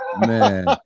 Man